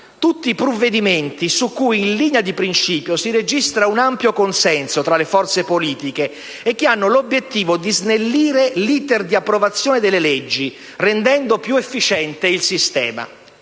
Tutti provvedimenti su cui in linea di principio si registra un ampio consenso tra le forze politiche e che hanno l'obiettivo di snellire l'*iter* di approvazione delle leggi, rendendo più efficiente il sistema.